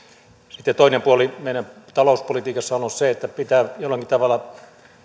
sitten toinen puoli meidän talouspolitiikassamme on ollut se että pitää jollakin tavalla